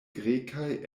grekaj